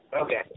Okay